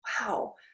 wow